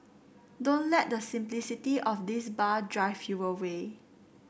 don't let the simplicity of this bar drive you away